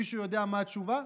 מישהו יודע מה התשובה?